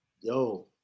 yo